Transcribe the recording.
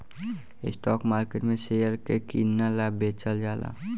stock market में share के कीनल आ बेचल जाला